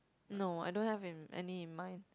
no I don't have an any in mind